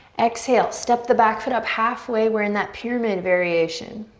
exhale, step the back foot up halfway. we're in that pyramid variation.